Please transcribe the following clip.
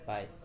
Bye